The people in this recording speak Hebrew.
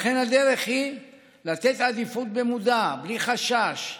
לכן הדרך היא לתת עדיפות במודע, בלי חשש.